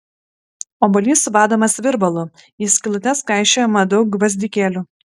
obuolys subadomas virbalu į skylutes kaišiojama daug gvazdikėlių